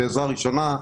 עזרה ראשונה,